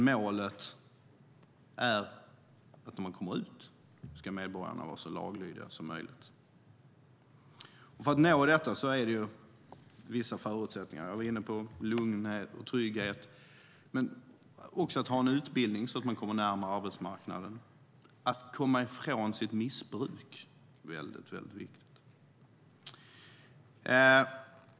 Målet är att medborgarna ska vara så laglydiga som möjligt när de kommer ut. För att nå det målet handlar det om vissa förutsättningar. Jag var inne på lugn och trygghet. Men det gäller också att ha en utbildning så att man kommer närmare arbetsmarknaden, och att komma ifrån sitt missbruk är mycket viktigt.